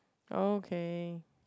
okay